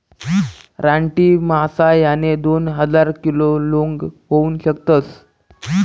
रानटी मासा ह्या दोन हजार किलो लोंग होऊ शकतस